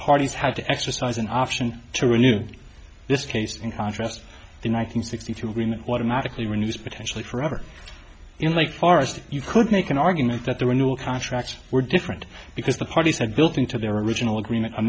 parties have to exercise an option to renew this case in contrast the one hundred sixty two agreement water magically renews potentially forever in lake forest you could make an argument that the renewal contracts were different because the parties had built into their original agreement a